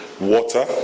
water